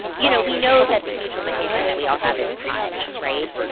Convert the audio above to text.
you know, we know that the huge limitation that we all have is time, right?